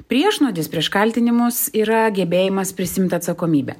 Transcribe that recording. priešnuodis prieš kaltinimus yra gebėjimas prisiimt atsakomybę